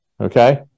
okay